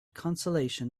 consolation